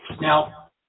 Now